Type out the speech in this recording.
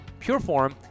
Pureform